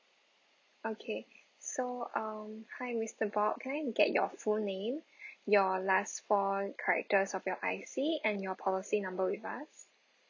okay so um hi mister bok can I get your full name your last four characters of your I_C and your policy number with us